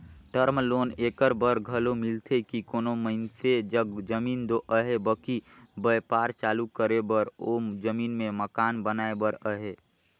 term loan एकर बर घलो मिलथे कि कोनो मइनसे जग जमीन दो अहे बकि बयपार चालू करे बर ओ जमीन में मकान बनाए बर अहे